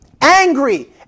Angry